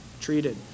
treated